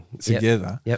together